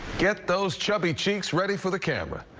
get those chubby cheeks ready for the camera.